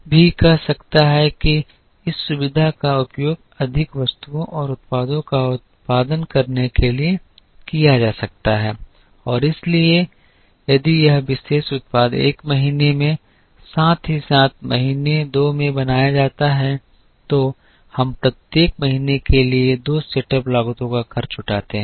एक यह भी कह सकता है कि इस सुविधा का उपयोग अधिक वस्तुओं और उत्पादों का उत्पादन करने के लिए किया जा सकता है और इसलिए यदि यह विशेष उत्पाद एक महीने में साथ ही साथ महीने दो में बनाया जाता है तो हम प्रत्येक महीने के लिए दो सेटअप लागतों का खर्च उठाते हैं